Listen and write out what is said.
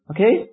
Okay